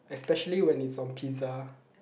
especially when it's on pizza